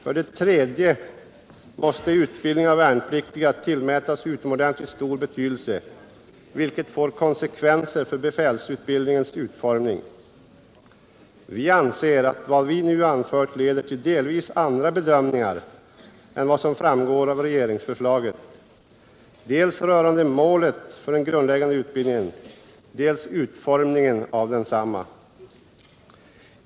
För det tredje måste utbildningen av värnpliktiga tillmätas utomordentligt stor betydelse, vilket får konsekvenser för befälsutbildningens utformning. Vi anser att vad jag nu anfört leder till delvis andra bedömningar än vad som framgår av regeringsförslaget, dels rörande målet för den grundläggande utbildningen, dels i fråga om utformningen av densamma.